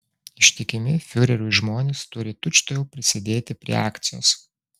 ištikimi fiureriui žmonės turi tučtuojau prisidėti prie akcijos